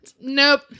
Nope